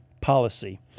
policy